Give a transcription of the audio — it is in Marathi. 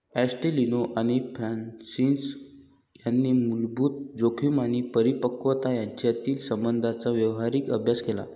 ॲस्टेलिनो आणि फ्रान्सिस यांनी मूलभूत जोखीम आणि परिपक्वता यांच्यातील संबंधांचा व्यावहारिक अभ्यास केला